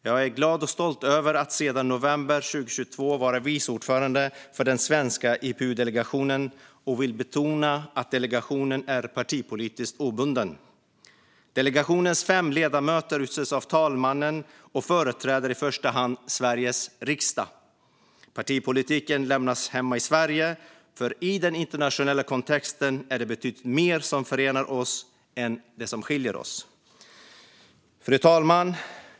Jag är glad och stolt över att sedan november 2022 vara vice ordförande för den svenska IPU-delegationen och vill betona att delegationen är partipolitiskt obunden. Delegationens fem ledamöter utses av talmannen och företräder i första hand Sveriges riksdag. Partipolitiken lämnas hemma i Sverige, för i den internationella kontexten är det betydligt mer som förenar oss än som skiljer oss åt. Fru talman!